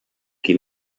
qui